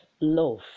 Love